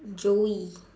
joey